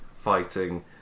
fighting